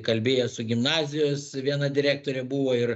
kalbėjo su gimnazijos viena direktorė buvo ir